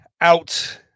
out